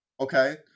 Okay